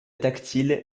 tactile